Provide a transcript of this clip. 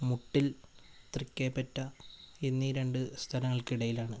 മുട്ടില് തൃക്കൈപ്പറ്റ എന്നീ രണ്ട് സ്ഥലങ്ങള്ക്കിടയിലാണ്